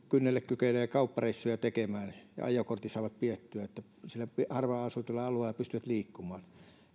kynnelle kykenevät kauppareissuja tekemään ja ajokortin saavat pidettyä että siellä harvaan asutuilla alueilla pystyvät liikkumaan